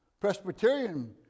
Presbyterian